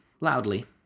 loudly